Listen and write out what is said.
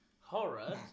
Horror